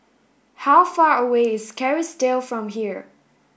how far away is Kerrisdale from here